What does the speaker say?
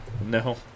No